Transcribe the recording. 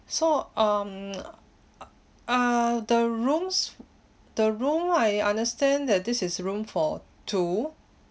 so um uh the rooms the room I understand that this is room for two